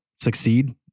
succeed